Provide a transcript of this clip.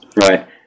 Right